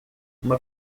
uma